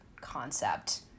concept